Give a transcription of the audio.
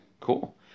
Cool